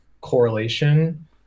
correlation